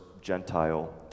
Gentile